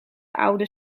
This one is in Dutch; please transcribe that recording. oude